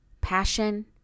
passion